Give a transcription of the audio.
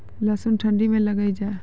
लहसुन ठंडी मे लगे जा?